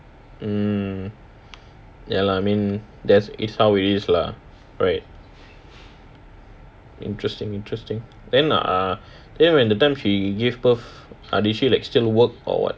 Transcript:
mm ya lah I mean there's that's how it is lah right interesting interesting then err then when that time she give birth did she like still work or what